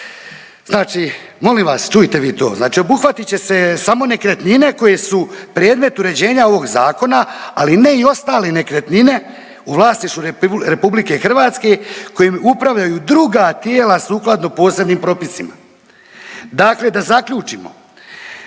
Znači molim vas, čujte vi to, znači obuhvatit će se samo nekretnine koje su predmet uređenja ovog Zakona, ali ne i ostale nekretnine u vlasništvu RH kojim upravljaju druga tijela sukladno posebnim propisima. Dakle, da zaključimo,